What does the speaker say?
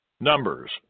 Numbers